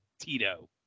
Tito